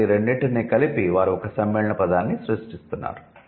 కాబట్టి ఈ రెండింటినీ కలిపి వారు ఒక సమ్మేళన పదాన్ని సృష్టిస్తున్నారు